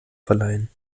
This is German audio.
verleihen